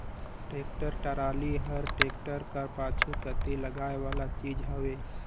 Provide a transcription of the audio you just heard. tractor trolley हर tractor कर पाछू कती लगाए वाला चीज हवे